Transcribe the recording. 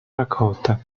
raccolta